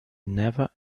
never